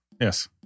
Yes